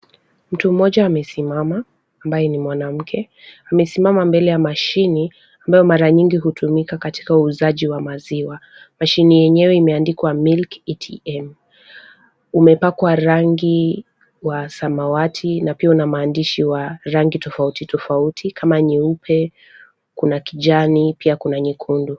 Mtu mmoja amesimama ambaye ni mwanamke, amesimama mbele ya mashini ambayo mara nyingi hutumika katika uuzaji wa maziwa. Mashini yenyewe imeandikwa milk ATM umepakwa rangi wa samawati na pia una maandishi wa rangi tofauti tofauti kama nyeupe, kuna kijani pia kuna nyekundu.